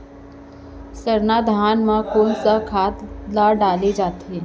सरना धान म कोन सा खाद ला डाले जाथे?